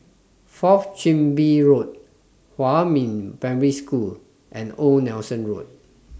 Fourth Chin Bee Road Huamin Primary School and Old Nelson Road